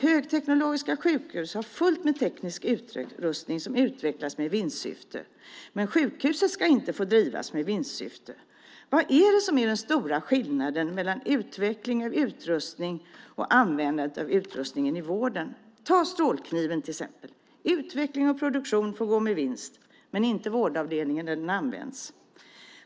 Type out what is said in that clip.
Högteknologiska sjukhus har fullt med teknisk utrustning som utvecklats med vinstsyfte, men sjukhuset ska inte få drivas med vinstsyfte. Vad är det som är den stora skillnaden mellan utveckling av utrustning och användandet av utrustningen i vården? Låt oss ta strålkniven som exempel. Utveckling och produktion får gå med vinst men inte vårdavdelningen där den används.